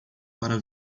para